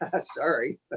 sorry